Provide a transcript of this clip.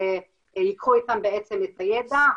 ייקחו איתם בעצם את הידע.